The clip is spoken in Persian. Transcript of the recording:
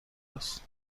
است